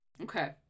Okay